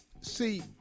See